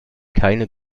keine